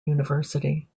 university